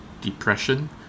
depression